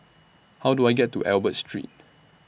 How Do I get to Albert Street